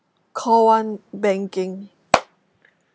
call one banking